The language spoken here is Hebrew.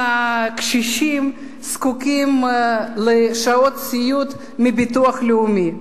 הקשישים הזקוקים לשעות סיעוד מביטוח הלאומי.